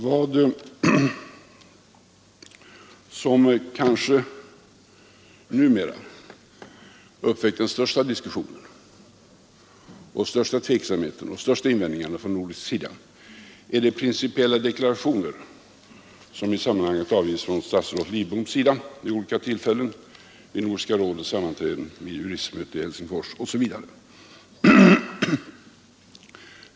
Vad som kanske numera förorsakat den största diskussionen, den största tveksamheten och de största invändningarna från nordisk sida är de principiella deklarationer som i sammanhanget gjorts av statsrådet len — vid Nordiska rådets sammanträden, vid ett Lidbom vid olika til juristmöte i Helsingfors osv.